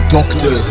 Doctor